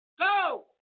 Go